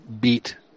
beat